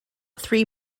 three